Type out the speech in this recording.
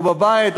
או בבית,